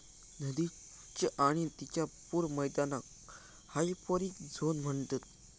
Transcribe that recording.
नदीच्य आणि तिच्या पूर मैदानाक हायपोरिक झोन म्हणतत